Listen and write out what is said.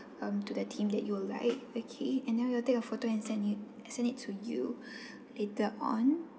um to the theme that you'll like okay and then we will take a photo and send it send it to you later on